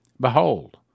Behold